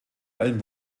allem